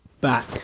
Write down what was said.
Back